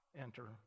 enter